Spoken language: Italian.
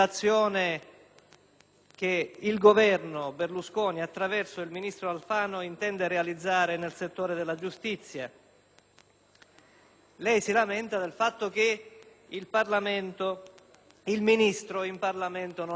che il Governo Berlusconi, attraverso il ministro Alfano, intende realizzare nel settore della giustizia. Lei si lamenta del fatto che in Parlamento il Ministro non avrebbe dato atto